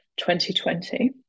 2020